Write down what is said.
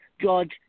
George